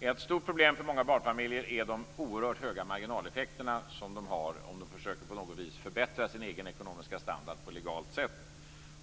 Ett stort problem för många barnfamiljer är de oerhört höga marginaleffekter som de får om de på något vis försöker att förbättra sin ekonomiska standard på legalt sätt.